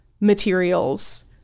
materials